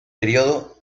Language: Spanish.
período